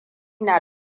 na